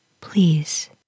please